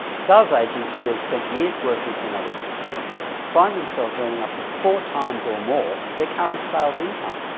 sales agents, who have spent years working for another principle find themselves earning up to four times or more their current sales income,